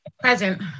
Present